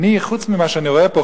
חוץ ממה שאני רואה פה,